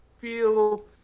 feel